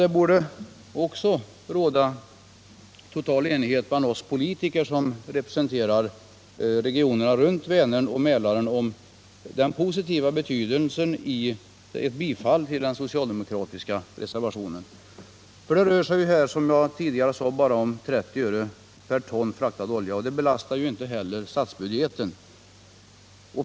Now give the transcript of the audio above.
Det borde också råda total enighet bland oss politiker som representerar regionerna runt Vänern och Mälaren beträffande den positiva betydelsen av ett bifall till den socialdemokratiska reservationen. Det rör sig ju i det här fallet som jag tidigare sade bara om 30 öre per ton fraktad olja och det belastar inte heller statsbudgeten.